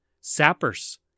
sappers